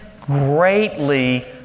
greatly